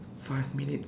five minute